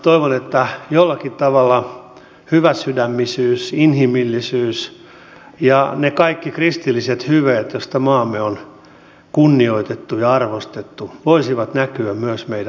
toivon että jollakin tavalla hyväsydämisyys inhimillisyys ja ne kaikki kristilliset hyveet joista maamme on kunnioitettu ja arvostettu voisivat näkyä myös meidän ulkomaalaispolitiikassamme